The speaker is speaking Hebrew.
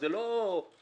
זה לא מופרך.